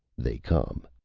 they come.